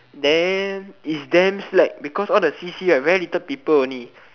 then it's damn slack because all the c_c very little people only